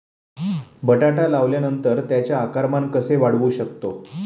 बटाटा लावल्यानंतर त्याचे आकारमान कसे वाढवू शकतो?